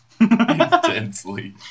Intensely